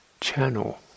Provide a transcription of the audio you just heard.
channel